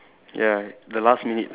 ya the last minute